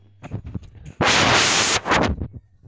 पचास कुंटल आलूर केते कतेरी लेबर खर्चा होबे बई?